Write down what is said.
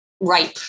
ripe